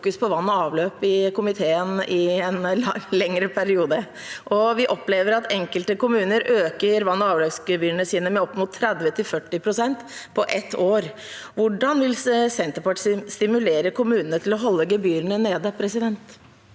på vann og avløp i komiteen i en lengre periode, og vi opplever at enkelte kommuner øker vann- og avløpsgebyrene sine med opp mot 30–40 pst. på ett år. Hvordan vil Senterpartiet stimulere kommunene til å holde gebyrene nede? Heidi